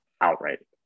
outright